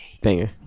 Banger